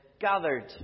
gathered